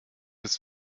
ist